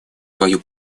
свою